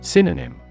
Synonym